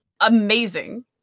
amazing